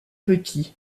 petit